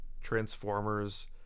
Transformers